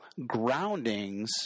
groundings